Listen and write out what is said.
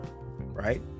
right